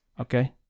okay